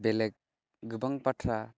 बेलेग गोबां बाथ्रा